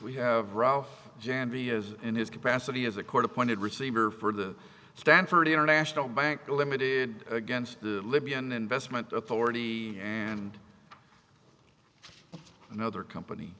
we have rough jan b is in his capacity as a court appointed receiver for the stanford international bank ltd against the libyan investment authority and another company